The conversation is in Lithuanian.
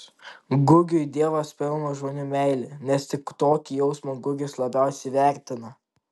gugiui dievas pelno žmonių meilę nes tik tokį jausmą gugis labiausiai vertina